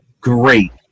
great